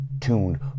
tuned